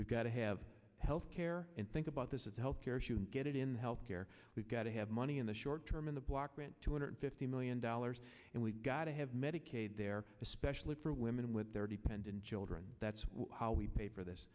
we've got to have health care and think about this is health care if you get it in health care we've got to have money in the short term in the block grant two hundred fifty million dollars and we've got to have medicaid there especially for women with thirty penned in children that's how we pay for this